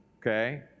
okay